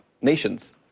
nations